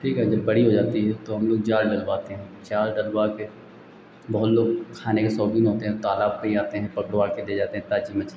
ठीक है जब बड़ी हो जाती है तो हम लोग जाल डलवाते हैं जाल डलवाकर बहुत लोग खाने के शौक़ीन होते हैं तालाब पर ही आते हैं पकड़वाकर ले जाते हैं ताज़ी मछली